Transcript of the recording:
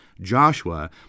Joshua